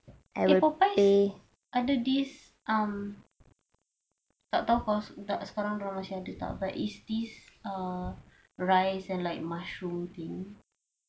eh Popeyes ada this um tak tau cause sekarang dia orang ada tak but it's this rice and like mushroom thing